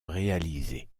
réalisé